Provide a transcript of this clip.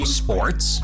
sports